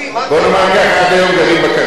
בוא נאמר ככה, עד היום גרים בקרווילות.